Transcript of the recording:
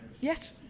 Yes